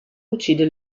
uccide